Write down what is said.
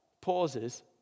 pauses